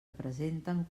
presenten